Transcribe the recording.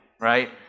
right